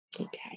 Okay